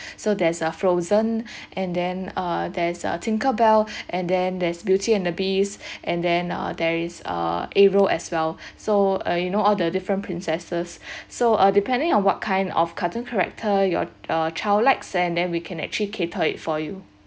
so there's a frozen and then uh there's a tinkerbell and then there's beauty and the beast and then uh there is uh ariel as well so uh you know all the different princesses so uh depending on what kind of cartoon character your uh child likes and then we can actually cater it for you